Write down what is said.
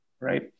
right